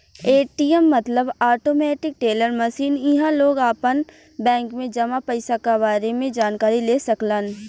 ATM मतलब automatic teller machine इहां लोग आपन बैंक में जमा पइसा क बारे में जानकारी ले सकलन